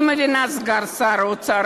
אני מבינה את סגן שר האוצר,